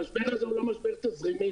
המשבר הזה הוא לא משבר תזרימי,